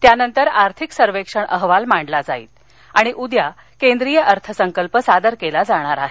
त्यानंतर आर्थिक सर्वेक्षण अहवाल मांडला जाईल आणि उद्या केंद्रीय अर्थसंकल्प सादर केला जाईल